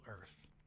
earth